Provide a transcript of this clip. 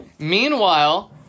Meanwhile